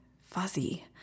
fuzzy